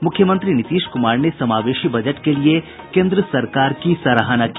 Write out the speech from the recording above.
मुख्यमंत्री नीतीश कुमार ने समावेशी बजट के लिए केन्द्र सरकार की सराहना की